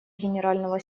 генерального